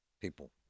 People